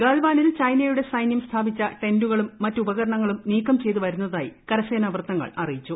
ഗാൽവാനിൽ ചൈനയുടെ സൈനൃം സ്ഥാപിച്ച ടെന്റുകളും മറ്റുപകരണങ്ങളും നീക്കം ചെയ്ത് വരുന്നതായി കരസേനാ വൃത്തങ്ങൾ അറിയിച്ചു